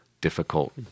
difficult